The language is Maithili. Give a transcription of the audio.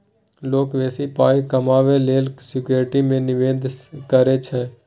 लोक बेसी पाइ कमेबाक लेल सिक्युरिटी मे निबेश करै छै